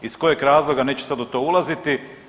Iz kojeg razloga neću sad u to ulaziti.